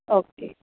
okay